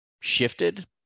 shifted